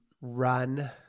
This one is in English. run